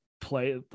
play